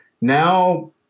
now